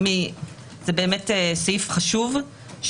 הכיוון הוא